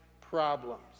problems